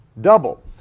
double